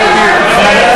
אדוני